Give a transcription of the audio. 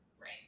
Right